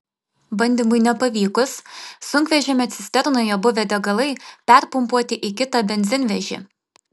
bandymui nepavykus sunkvežimio cisternoje buvę degalai perpumpuoti į kitą benzinvežį